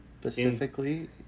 Specifically